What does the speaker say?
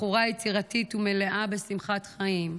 בחורה יצירתית ומלאה בשמחת חיים.